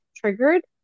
triggered